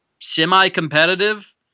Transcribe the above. semi-competitive